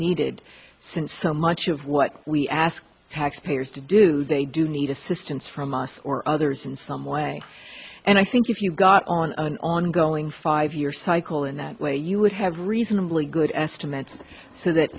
needed since so much of what we ask taxpayers to do they do need assistance from us or others in some way and i think if you got on an ongoing five year cycle in that way you would have reasonably good estimates so that